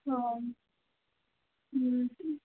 ହଉ ହୁଁ